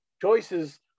Choices